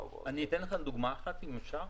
אתן לכם דוגמה אחת, אם אפשר?